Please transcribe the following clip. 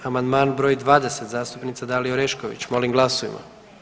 Amandman br. 20. zastupnica Dalija Orešković, molim glasujmo.